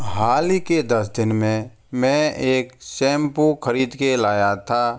हाल ही के दस दिन में मैं एक शैम्पू खरीद के लाया था